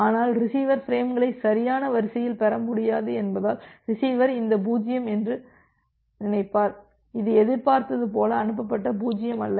ஆனால் ரிசீவர் பிரேம்களை சரியான வரிசையில் பெற முடியாது என்பதால் ரிசீவர் இந்த 0 என்று நினைப்பார் இது எதிர்பார்த்தது போல அனுப்பப்பட்ட 0 அல்ல